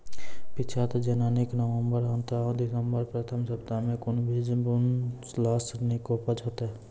पीछात जेनाकि नवम्बर अंत आ दिसम्बर प्रथम सप्ताह मे कून बीज बुनलास नीक उपज हेते?